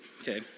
okay